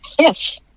yes